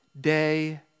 day